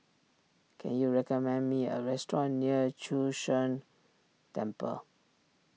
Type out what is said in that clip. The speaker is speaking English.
can you recommend me a restaurant near Chu Sheng Temple